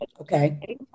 Okay